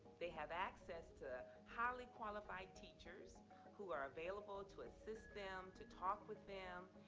they have access to highly qualified teachers who are available to assist them, to talk with them,